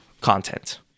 content